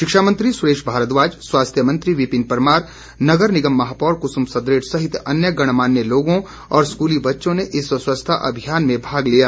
शिक्षा मंत्री सुरेश भारद्वाज स्वास्थ्य मंत्री विपिन परमार नगर निगम महापौर कुसम सदरेट सहित अन्य गण मान्य लोगों और स्कूली बच्चों ने इस स्वच्छता अभियान में भाग लिया